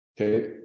Okay